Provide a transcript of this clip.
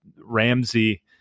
Ramsey